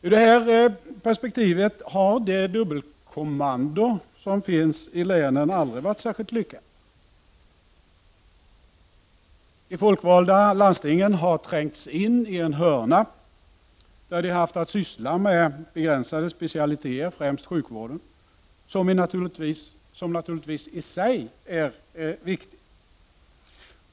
I detta perspektiv har det dubbelkommando som finns i länen aldrig varit särskilt lyckat. De folkvalda landstingen har trängts in i ett hörn där de haft att syssla med begränsade specialiteter, främst sjukvården, som naturligtvis i sig är viktig.